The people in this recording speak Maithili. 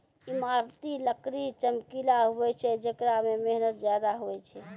ईमारती लकड़ी चमकिला हुवै छै जेकरा मे मेहनत ज्यादा हुवै छै